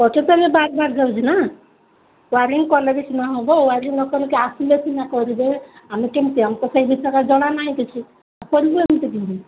ଅଠେଇଶ ତାରିଖରେ ପ୍ୟାକ୍ ସରିଯାଉଛି ନା ୱାୟରିଂ କଲେ ବି ସିନା ହବ ୱାୟରିଂ ନ କଲେ ଆସିଲେ ସିନା କରିବେ ଆମେ କେମିତି ଆମେ ସେ ବିଷୟରେ ଜଣା ନାହିଁ କିଛି କରିବୁ ଆମେ କେମିତି